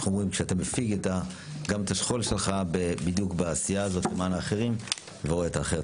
שאתה מפיג את השכול שלך בעשייה הזו למען האחרים ורואה את האחר.